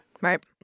Right